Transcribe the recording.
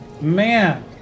Man